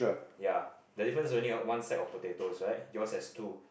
ya the difference is only one sack of potatoes right yours has two